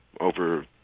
over